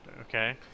Okay